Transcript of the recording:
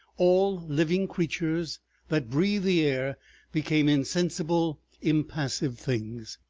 all living creatures that breathe the air became insensible, impassive things.